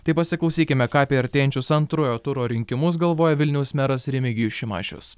tai pasiklausykime ką apie artėjančius antrojo turo rinkimus galvoja vilniaus meras remigijus šimašius